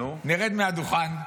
נרד מהדוכן,